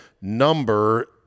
number